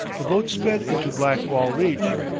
the boat sped into blackwall reach,